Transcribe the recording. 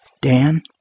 Dan